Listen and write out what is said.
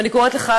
ואני קוראת לך,